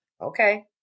Okay